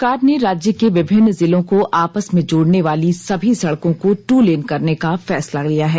सरकार ने राज्य के विभिन्न जिलों को आपस में जोड़नेवाली सभी सड़कों को ट्र लेन करने का फैसला लिया है